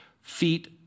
feet